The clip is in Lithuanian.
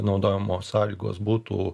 naudojimo sąlygos būtų